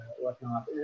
whatnot